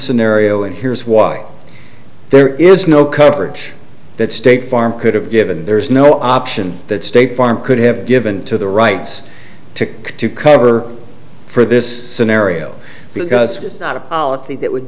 scenario and here is why there is no coverage that state farm could have given there is no option that state farm could have given to the rights to cover for this scenario because it's not a policy that would